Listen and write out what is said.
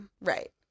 Right